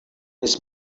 his